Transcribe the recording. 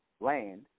land